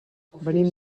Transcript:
venim